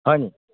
হয় নেকি